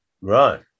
Right